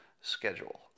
schedule